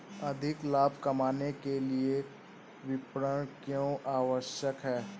अधिक लाभ कमाने के लिए विपणन क्यो आवश्यक है?